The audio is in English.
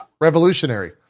revolutionary